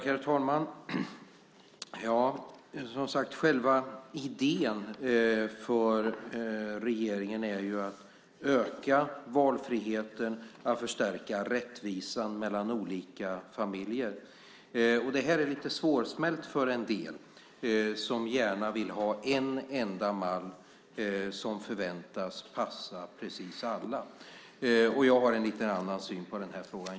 Herr talman! Själva idén för regeringen är att öka valfriheten och förstärka rättvisan mellan olika familjer. Det är lite svårsmält för en del som gärna vill ha en enda mall som förväntas passa precis alla. Jag har en lite annan syn på denna fråga.